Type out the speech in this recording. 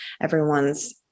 everyone's